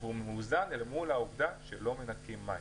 והוא מאוזן אל מול העובדה שלא מנתקים מים.